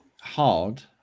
hard